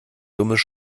dummes